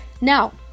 Now